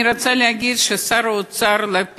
אני רוצה להגיד ששר האוצר לשעבר יאיר